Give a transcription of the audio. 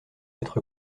être